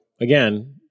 again